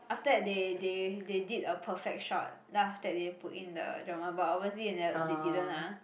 after that they they they did a perfect shot then after that they put in the drama but obviously they never they didn't ah